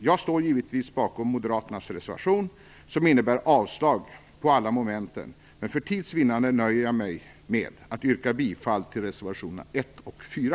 Jag står givetvis bakom moderaternas reservationer, som innebär avslag på alla momenten, men för tids vinnande nöjer jag mig med att yrka bifall till reservationerna 1 och 4.